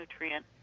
nutrient